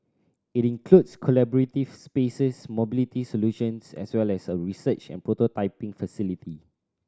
it includes collaborative spaces mobility solutions as well as a research and prototyping facility